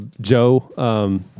joe